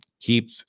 keep